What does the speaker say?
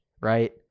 right